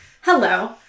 Hello